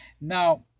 Now